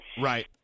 Right